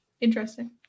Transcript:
interesting